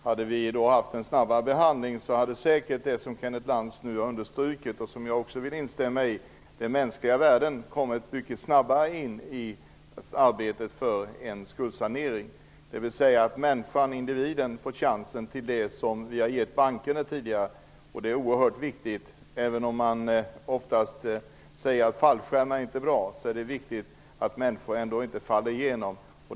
Hade det blivit en snabbare behandling hade säkert det som Kenneth Lantz underströk, och som jag också vill instämma i, nämligen de mänskliga värdena, kommit snabbare in i arbetet för en skuldsaneringslag. Människan, individen, får chansen till det som vi tidigare har gett bankerna. Det är oerhört viktigt. Även om vi oftast säger att fallskärmar inte är bra är det viktigt att människor inte faller igenom.